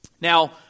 Now